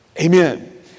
Amen